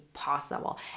possible